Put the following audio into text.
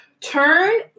turn